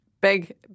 big